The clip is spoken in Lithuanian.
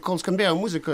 kol skambėjo muzika